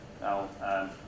now